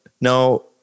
no